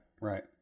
right